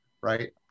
right